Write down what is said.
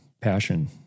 passion